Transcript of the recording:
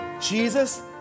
Jesus